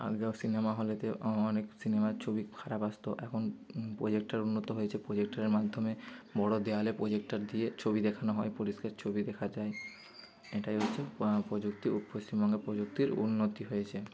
আগে যেমন সিনেমা হলেতে অনেক সিনেমার ছবি খারাপ আসতো এখন প্রজেক্টার উন্নত হয়েছে প্রজেক্টারের মাধ্যমে বড় দেওয়ালে প্রজেক্টার দিয়ে ছবি দেখানো হয় পরিষ্কার ছবি দেখা যায় এটাই হচ্ছে প্রযুক্তির পশ্চিমবঙ্গের প্রযুক্তির উন্নতি হয়েছে